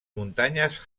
muntanyes